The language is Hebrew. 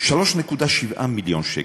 3.7 מיליון שקל,